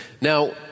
Now